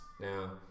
Now